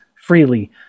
freely